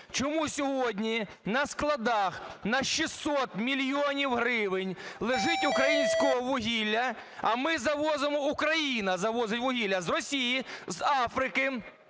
Чому сьогодні на складах на 600 мільйонів гривень лежить українське вугілля, а ми завозимо, Україна завозить вугілля з Росії, з Африки,